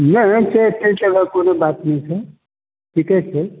नै से तै तरहक कोनो बात नहि छै ठीके छै